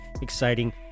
exciting